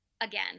Again